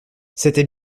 c’était